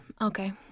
Okay